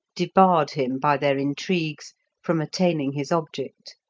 debarred him by their intrigues from attaining his object.